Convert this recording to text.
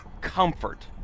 comfort